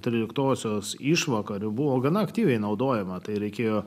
tryliktosios išvakarių buvo gana aktyviai naudojama tai reikėjo